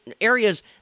areas